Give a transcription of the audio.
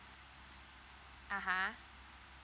uh !huh!